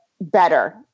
better